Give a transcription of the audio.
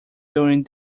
during